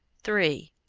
three.